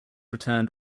returned